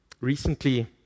Recently